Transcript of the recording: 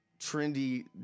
trendy